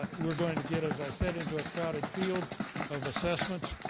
we're going to get, as i said, into a crowded field of assessments,